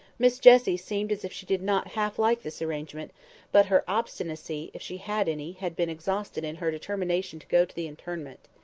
miss jessie seemed as if she did not half like this arrangement but her obstinacy, if she had any, had been exhausted in her determination to go to the interment.